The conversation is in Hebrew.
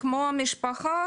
כמו משפחה,